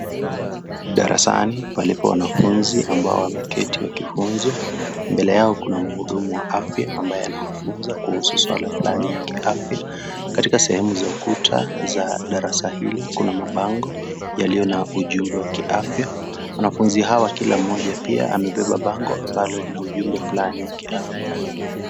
Darasani palipo wanafunzi ambao wameketi wakifunzwa mbele yao kuna mhudumu wa afya ambaye anawafunzwa kuhusu swala fulani ya kiafya. Katika sehemu za ukuta za darasa hili kuna mabango yaliyo ya ujumbe wa kiafya , wanafunzi hawa wa kila mmoja pia amebeba bango ambalo ina ujumbe fulani ya kiafya.